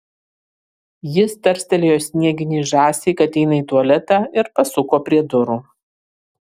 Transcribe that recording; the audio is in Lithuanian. jis tarstelėjo snieginei žąsiai kad eina į tualetą ir pasuko prie durų